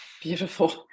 beautiful